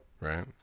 Right